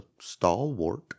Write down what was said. stalwart